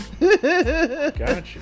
Gotcha